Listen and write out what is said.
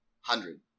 Hundred